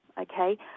Okay